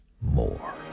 more